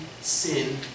sin